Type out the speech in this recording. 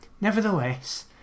nevertheless